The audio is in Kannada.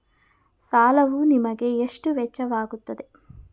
ಸಾಲವು ನಿಮಗೆ ಎಷ್ಟು ವೆಚ್ಚವಾಗುತ್ತದೆ?